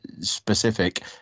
specific